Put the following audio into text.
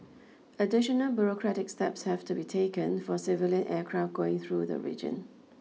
additional bureaucratic steps have to be taken for civilian aircraft going through the region